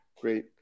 great